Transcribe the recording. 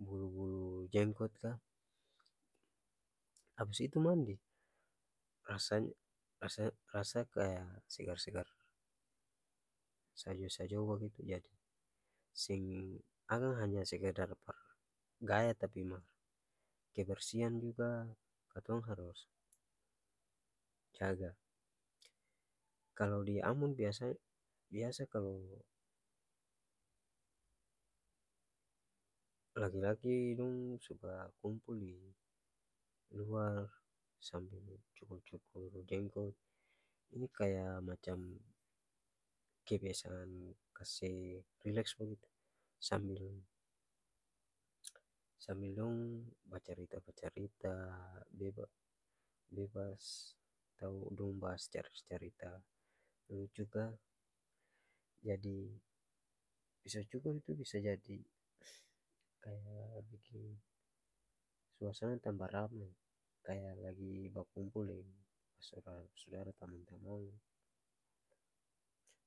Bulu-bulu jenggot ka abis itu mandi rasa rasa rasa-kaya segar-segar sajo-sajo bagitu jadi seng akang hanya sekedar par gaya tapi mar kebersihan juga katong harus jaga kalo di ambon biasa biasa kalo laki-laki dong suka kumpul di luar sambil cukur-cukur jenggot ini kaya macam kebiasaan kase rileks bagitu sambil sambil dong bacarita-bacarita beba bebas atau dong bahas carita-carita lucu ka jadi piso cukur itu bisa jadi kaya biking suasana tambah ramai kaya lagi bakumpul deng basuda-sudara tamang-tamang